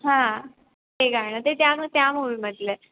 हां ते गाणं ते त्या ना त्या मूव्हीमधलं आहे